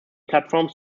platforms